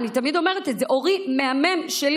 אני תמיד אומרת את זה: אורי מהמם שלי,